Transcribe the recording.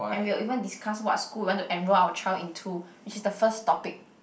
and we'll even discuss what school we want to enroll our child into which is the first topic